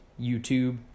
YouTube